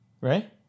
Right